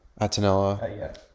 Atanella